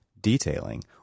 detailing